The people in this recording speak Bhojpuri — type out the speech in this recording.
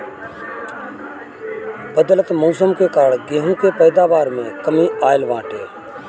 बदलत मौसम के कारण गेंहू के पैदावार में कमी आइल बाटे